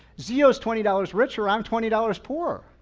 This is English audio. zio is twenty dollars richer. i'm twenty dollars poorer.